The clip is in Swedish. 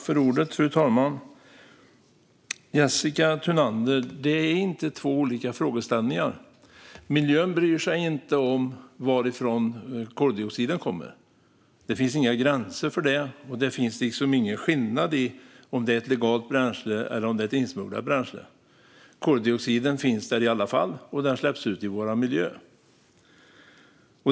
Fru talman! Jessica Thunander, det är inte två olika frågeställningar. Miljön bryr sig inte om varifrån koldioxiden kommer. Det finns inga gränser för detta, och det gör ingen skillnad om det är ett legalt eller ett insmugglat bränsle. Koldioxiden finns där i alla fall, och den släpps ut i vår miljö.